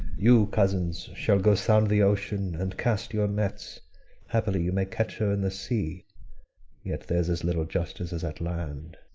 you, cousins, shall go sound the ocean and cast your nets happily you may catch her in the sea yet there's as little justice as at land.